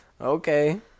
okay